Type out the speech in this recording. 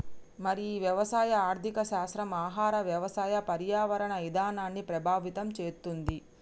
మరి ఈ వ్యవసాయ ఆర్థిక శాస్త్రం ఆహార వ్యవసాయ పర్యావరణ ఇధానాన్ని ప్రభావితం చేతుంది